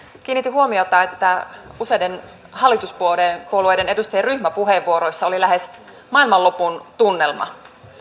kiinnitin huomiota siihen että useiden hallituspuolueiden edustajien ryhmäpuheenvuoroissa oli lähes maailmanlopun tunnelma